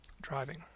driving